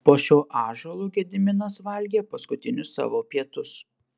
po šiuo ąžuolu gediminas valgė paskutinius savo pietus